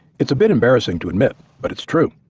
it's a bit embarrassing to admit but it's true.